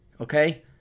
Okay